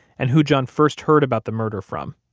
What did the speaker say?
and who john first heard about the murder from.